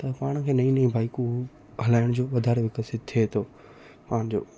त पाण खे नईं नईं बाइकूं हलाइण जो वधारे विकसित थिए थो पंहिंजो